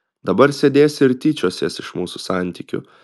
dabar sėdėsi ir tyčiosies iš mūsų santykių